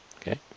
Okay